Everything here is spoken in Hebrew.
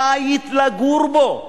בית לגור בו,